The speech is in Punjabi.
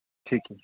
ਠੀਕ ਹੈ ਜੀ